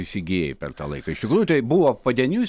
įsigijai per tą laiką iš tikrųjų tai buvo padieniui